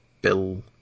Bill